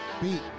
Beat